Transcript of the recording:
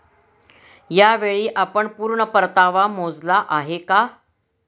यावेळी आपण पूर्ण परतावा मोजला आहे का?